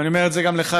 ואני אומר את זה גם לך,